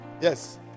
Yes